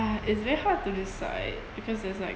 uh it's very hard to decide because there's like